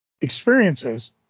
experiences